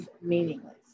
meaningless